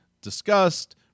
discussed